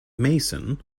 mason